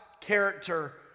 character